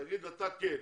תגיד אתה כן,